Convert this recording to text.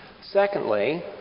Secondly